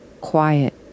Quiet